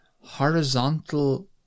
horizontal